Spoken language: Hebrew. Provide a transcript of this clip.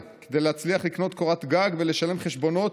כדי להצליח לקנות קורת גג ולשלם חשבונות.